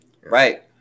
right